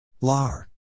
Lar